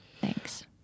Thanks